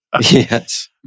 Yes